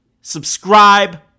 Subscribe